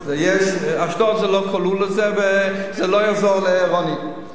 אשדוד לא כלולה בזה וזה לא יעזור לרוני.